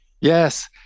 yes